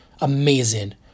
amazing